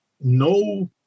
no